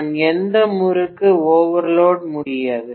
நான் எந்த முறுக்கு ஓவர்லோட் முடியாது